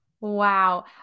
Wow